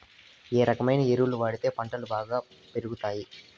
ఏ రకమైన ఎరువులు వాడితే పంటలు బాగా పెరుగుతాయి?